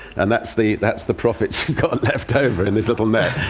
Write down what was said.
and that's the that's the profits you've got left over in this little net,